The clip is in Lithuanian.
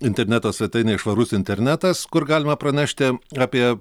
interneto svetainė švarus internetas kur galima pranešti apie